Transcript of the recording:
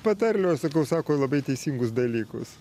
patarlių aš sakau sako labai teisingus dalykus